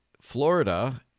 florida